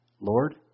Lord